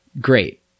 great